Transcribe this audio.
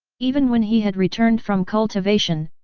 even when he had returned from cultivation,